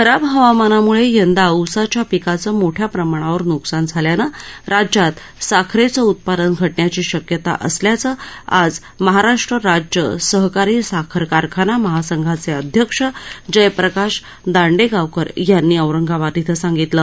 खराब हवामानामुळे यंदा ऊसाच्या पिकाचं मोठ्या प्रमाणावर न्कसान झाल्यानं राज्यात साखरेचं उत्पादन घटण्याची शक्यता असल्याचं आज महाराष्ट्र राज्य सहकारी साखर कारखाना महासंघाचे अध्यक्ष जयप्रकाश दांडेगावकर यांनी औरंगाबाद इथं सांगितलं